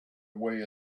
way